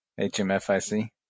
HMFIC